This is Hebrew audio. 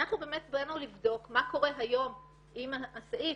אנחנו באנו לבדוק מה קורה היום עם הסעיף,